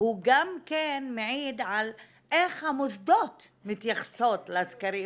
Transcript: הוא גם מעיד על איך המוסדות מתייחסים לסקרים